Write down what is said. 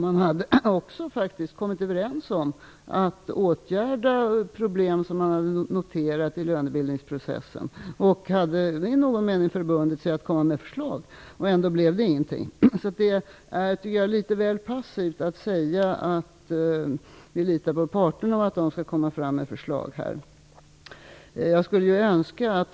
Man hade då kommit överens om att man skulle åtgärda de problem som man hade noterat i lönebildningsprocessen. Man hade dessutom förbundit sig att komma med förslag. Men ändå blev det ingenting. Jag tycker att det är litet väl passivt att säga att man litar på att parterna skall komma fram med förslag.